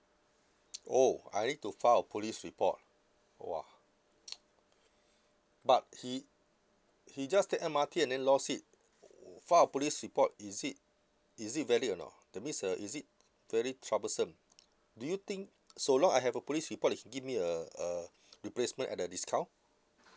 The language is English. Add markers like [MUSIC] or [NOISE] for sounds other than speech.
oh I need to file a police report !wah! [NOISE] but he he just take M_R_T and then lost it file a police report is it is it valid or not that means uh is it very troublesome do you think so long I have a police report they can give me a a replacement at a discount